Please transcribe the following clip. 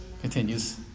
Continues